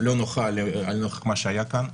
לא נוחה נוכח מה שהיה כאן.